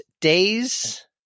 days